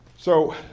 so,